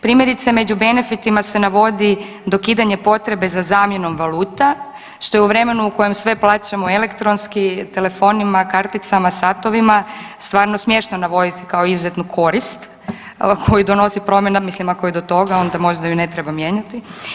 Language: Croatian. Primjerice, među benefitima se navodi dokidanje potrebe za zamjenom valuta, što je u vremenu u kojem sve plaćamo elektronski, telefonima, karticama, satovima, stvarno smiješno navoditi kao izuzetnu korist koju donosi promjena, mislim ako je do toga, onda možda ju ne treba mijenjati.